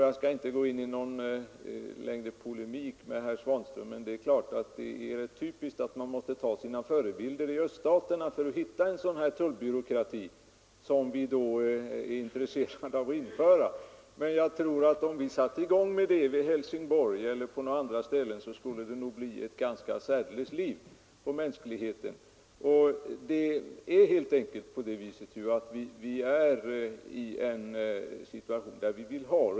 Jag skall inte gå in på någon längre polemik med herr Svanström, men jag vill ändå säga att det är rätt typiskt att man måste ta sina förebilder i öststaterna för att hitta en sådan tullbyråkrati som det skulle bli fråga om att införa. Om vi startade med en sådan kontrollverksamhet i Helsingborg eller på andra ställen, tror jag att det skulle bli ganska stor uppståndelse. Vi vill helt enkelt ha rätt stor frihet i vårt sätt att resa över gränserna.